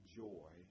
joy